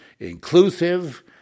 inclusive